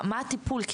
מה הטיפול?